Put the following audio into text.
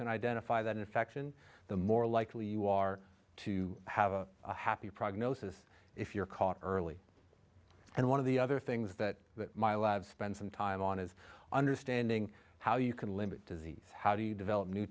can identify that infection the more likely you are to have a happy prognosis if you're caught early and one of the other things that my labs spend some time on is understanding how you can limit disease how do you develop new